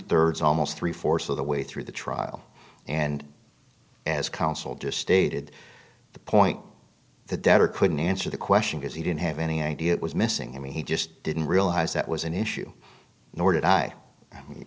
thirds almost three fourths of the way through the trial and as counsel just stated the point the debtor couldn't answer the question because he didn't have any idea it was missing and he just didn't realize that was an issue nor did i